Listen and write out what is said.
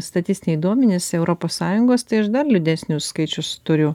statistiniai duomenys europos sąjungos tai aš dar liūdnesnius skaičius turiu